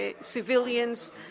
civilians